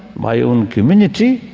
my own community,